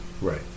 Right